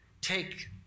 take